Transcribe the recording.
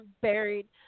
buried